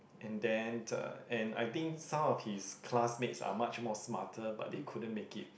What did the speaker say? and then uh and I think some of his classmates are much more smarter but they couldn't make it